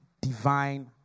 divine